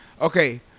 okay